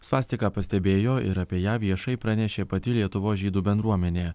svastiką pastebėjo ir apie ją viešai pranešė pati lietuvos žydų bendruomenė